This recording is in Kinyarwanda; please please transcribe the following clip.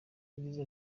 yagize